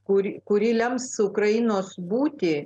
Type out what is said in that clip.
kuri kuri lems ukrainos būti